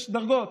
יש דרגות.